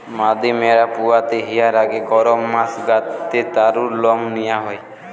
মাদি ম্যাড়া পুয়াতি হিয়ার আগে গরম মাস গা তে তারুর লম নিয়া হয়